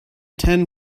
ten